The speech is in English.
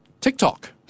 TikTok